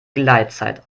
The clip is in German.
gleitzeit